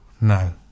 no